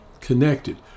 connected